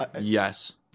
Yes